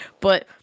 But-